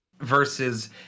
versus